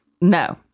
No